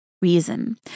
reason